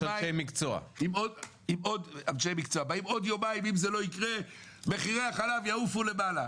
אם עוד יומיים זה לא יקרה מחירי החלב יעופו למעלה".